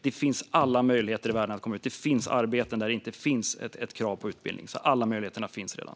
Det finns alla möjligheter i världen att komma ut. Det finns arbeten där det inte finns krav på utbildning, så alla möjligheter finns redan.